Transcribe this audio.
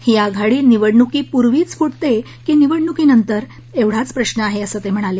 ही आघाडी निवडणुकीपूर्वीच फुटते की निवडणुकीनंतर एवढाच प्रश्न आहे असं ते म्हणाले